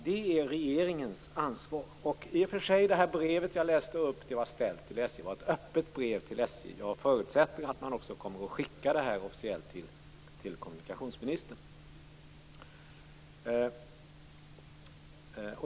Det är regeringens ansvar Det brev som jag citerade ur var ställt till SJ. Det är ett öppet brev till SJ. Jag förutsätter att det kommer att skickas även till kommunikationsministern.